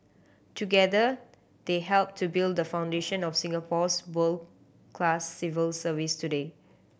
together they helped to build the foundation of Singapore's world class civil service today